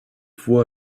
fois